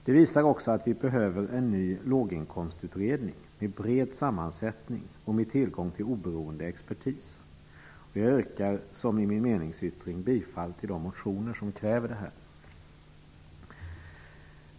Det visar också att vi behöver en ny låginkomstutredning med bred sammansättning och med tillgång till oberoende expertis. Jag yrkar som i min meningsyttring bifall till de motioner som kräver det här.